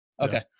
okay